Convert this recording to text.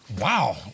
Wow